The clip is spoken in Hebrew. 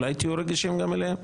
אולי תהיו רגישים גם אליהם.